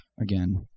again